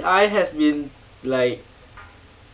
D_I has been like